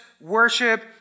worship